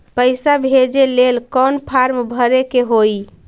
पैसा भेजे लेल कौन फार्म भरे के होई?